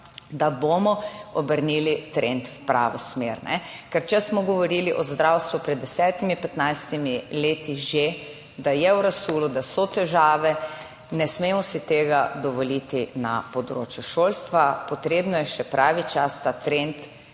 da bomo obrnili trend v pravo smer. Ker, če smo govorili o zdravstvu, pred 10, 15 leti že, da je v razsulu, da so težave. Ne smemo si tega dovoliti na področju šolstva, potrebno je še pravi čas ta trend